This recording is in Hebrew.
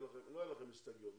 לא היו לכם הסתייגויות,